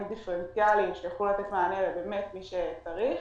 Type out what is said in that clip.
דיפרנציאליים שיוכלו לתת מענה כפי שצריך.